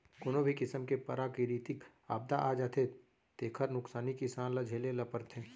कोनो भी किसम के पराकिरितिक आपदा आ जाथे तेखर नुकसानी किसान ल झेले ल परथे